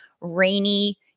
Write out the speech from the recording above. rainy